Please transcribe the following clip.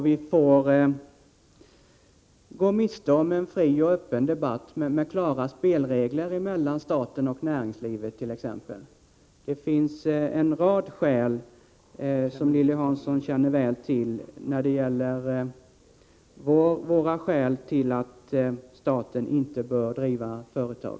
Vi går då miste om en fri och öppen debatt med klara spelregler mellan staten och näringslivet. Det finns, som Lilly Hansson känner väl till, en rad skäl som bidrar till vår uppfattning att staten inte bör driva företag.